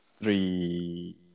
three